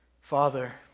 Father